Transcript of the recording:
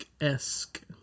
esque